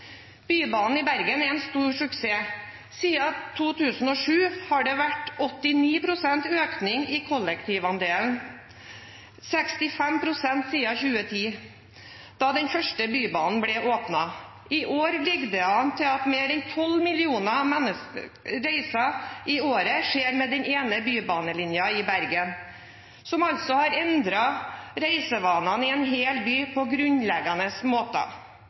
Bybanen i Bergen er en stor suksess. Siden 2007 har det vært 89 pst. økning i kollektivandelen, 65 pst. siden 2010, da den første bybanen ble åpnet. I år ligger det an til at mer enn 12 millioner reiser skjer med den ene bybanelinjen i Bergen, som har endret reisevanene i en hel by på grunnleggende